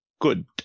good